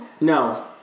no